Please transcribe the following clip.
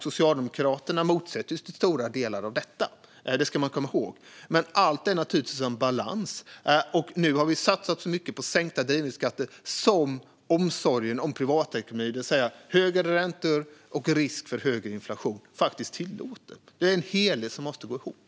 Socialdemokraterna motsätter sig stora delar av detta; det ska man komma ihåg. Men allt handlar naturligtvis om balans. Nu har vi satsat så mycket på sänkta drivmedelsskatter som omsorgen om privatekonomin, det vill säga högre räntor och risk för högre inflation, faktiskt tillåter. Det är en helhet som måste gå ihop.